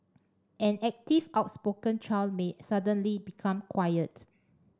an active outspoken child may suddenly become quiet